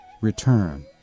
return